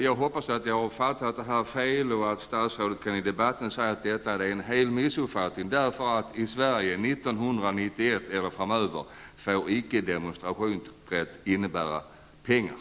Jag hoppas att jag har missförstått det hela och att statsrådet i debatten här kan säga att det rör sig om en missuppfattning, eftersom demonstrationsrätt i Sverige 1991 och framöver inte får vara avhängig pengar.